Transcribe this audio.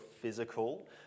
physical